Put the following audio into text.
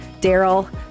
daryl